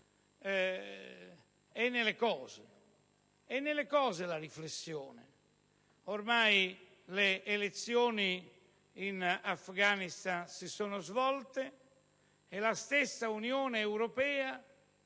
Vedete, è nelle cose la riflessione. Ormai le elezioni in Afghanistan si sono svolte e la stessa Unione europea